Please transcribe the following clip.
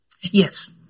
Yes